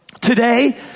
Today